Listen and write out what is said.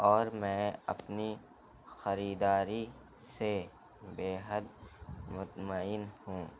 اور میں اپنی خریداری سے بے حد مطمئن ہوں